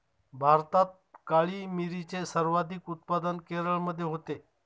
भारतात काळी मिरीचे सर्वाधिक उत्पादन केरळमध्ये होते